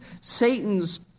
Satan's